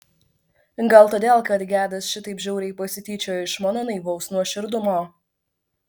gal todėl kad gedas šitaip žiauriai pasityčiojo iš mano naivaus nuoširdumo